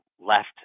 left